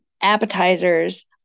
appetizers